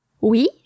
Oui